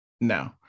no